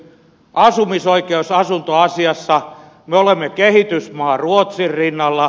asumisoikeusasuntoasiassa me olemme kehitysmaa ruotsin rinnalla